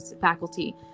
faculty